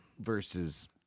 Versus